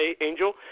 Angel